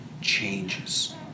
changes